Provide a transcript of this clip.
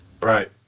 Right